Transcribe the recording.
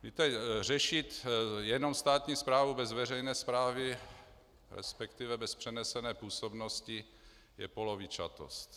Víte, řešit jenom státní správu bez veřejné správy, respektive bez přenesené působnosti, je polovičatost.